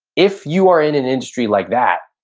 if you are in an industry like that,